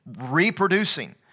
Reproducing